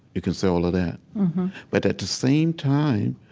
you can say all of that but at the same time,